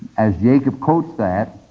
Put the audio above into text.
as jacob quotes that,